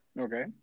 Okay